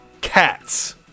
cats